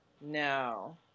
No